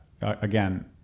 again